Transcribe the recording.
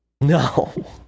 No